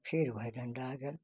फ़िर वही गन्दा जल